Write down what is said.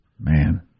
man